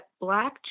black